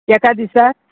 एका दिसा